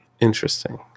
interesting